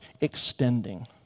extending